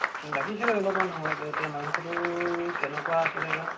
লাগিছিলে অলপমান সৰহকৈ এতিয়া মাংসটো কেনেকুৱা আছিলে বা